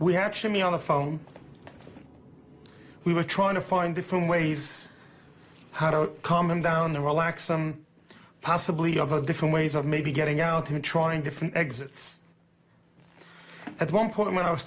we actually on the phone we were trying to find out from ways how to calm him down and relax some possibly of a different ways of maybe getting out there trying different exits at one point when i was